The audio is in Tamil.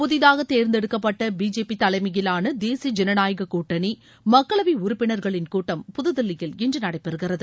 புதிதாக தேர்ந்தெடுக்கப்பட்ட பிஜேபி தலைமையிலான தேசிய ஜனநாயகக் கூட்டணி மக்களவை உறுப்பினர்களின் கூட்டம் புதுதில்லியில் இன்று நடைபெறுகிறது